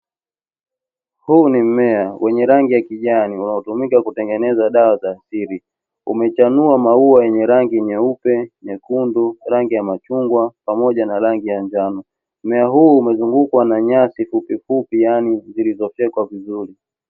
Huu ni mmea wenye rangi ya kijani unaotumika kutengeneza dawa za asili, umechanua maua yenye rangi nyeupe, nyekundu, rangi ya machungwa pamoja na rangi ya njano. Mmea huu umezungukwa na nyasi fupifupi yaani zilizofyekwa vizuri.